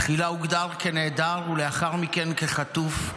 תחילה הוגדר כנעדר ולאחר מכן כחטוף.